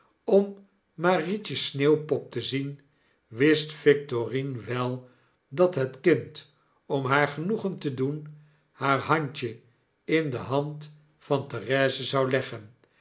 om marietjes sneeuwpop te zien wist victorine wel dat het kind om naar genoegen te doen haar handjeinde hand van therese zou leggen